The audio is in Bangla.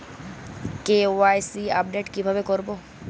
কে.ওয়াই.সি আপডেট কিভাবে করবো?